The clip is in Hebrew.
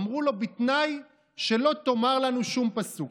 אמרו לו: בתנאי שלא תאמר לנו שום פסוק.